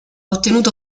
ottenuto